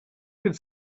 could